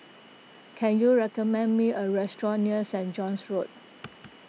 can you recommend me a restaurant near Saint John's Road